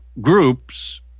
groups